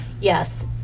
Yes